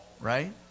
right